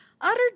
utter